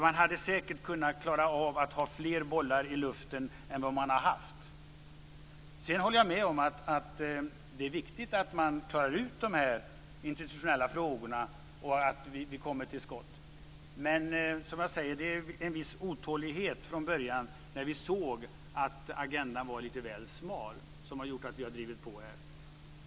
Man hade säkert klarat att hålla fler bollar i luften än vad man har haft. Jag håller med om att det är viktigt att man klarar ut de institutionella frågorna och kommer till skott. Men vi har, som jag sagt, känt en viss otålighet när vi sett att agendan var lite för smal, och det har gjort att vi har drivit på.